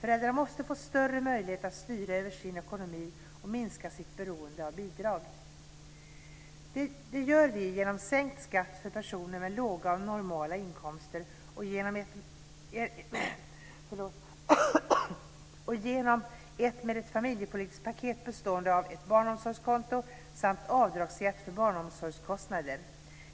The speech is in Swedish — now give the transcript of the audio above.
Föräldrarna måste få större möjlighet att styra över sin ekonomi och minska sitt beroende av bidrag. Detta gör vi med hjälp av sänkt skatt för personer med låga och normala inkomster och ett familjepolitiskt paket bestående av ett barnomsorgskonto samt avdragsrätt för barnomsorgskostnader.